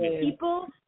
people